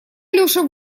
алеша